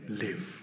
live